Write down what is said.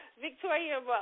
Victoria